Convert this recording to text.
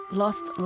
lost